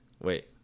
Wait